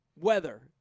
Weather